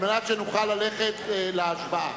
כדי שנוכל ללכת להשבעה.